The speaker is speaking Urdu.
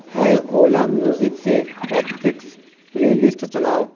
ہے اولا میوزک سے ٹیکٹکس پلےلسٹ چلاؤ